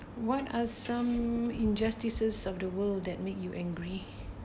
one are some injustices of the world that make you angry